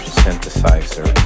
synthesizer